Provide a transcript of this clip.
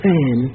Fan